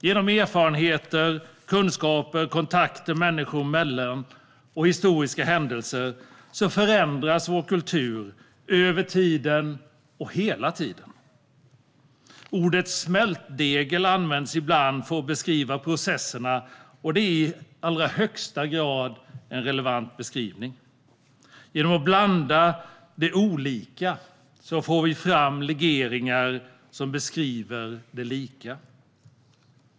Genom erfarenheter, kunskaper, kontakter människor emellan och historiska händelser förändras vår kultur över tid och hela tiden. Ordet smältdegel används ibland för att beskriva processerna, och det är i högsta grad en relevant beskrivning. Genom att blanda det olika får vi fram legeringar som beskriver det lika.